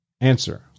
Answer